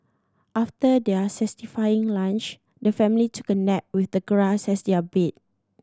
after their lunch the family took a nap with the grass as their bed